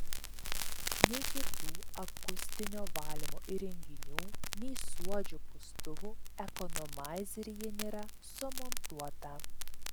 nei kitų akustinio valymo įrenginių nei suodžių pūstuvų ekonomaizeryje nėra sumontuota